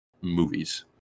movies